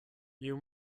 you